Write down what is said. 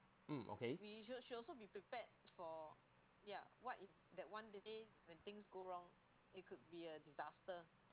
mm okay